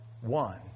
one